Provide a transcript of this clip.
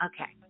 Okay